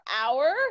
Hour